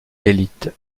élite